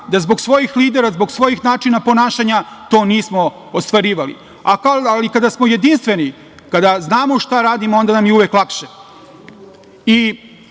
da zbog svojih lidera i zbog svojih načina ponašanja to nismo ostvarivali, ali kada smo jedinstveni, kada znamo šta radimo onda nam je uvek lakše.